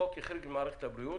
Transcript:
החוק החריג את המערכת הבריאות,